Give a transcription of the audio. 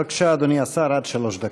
בבקשה, אדוני השר, עד שלוש דקות.